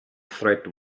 threat